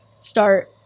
start